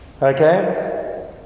okay